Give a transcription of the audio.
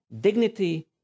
dignity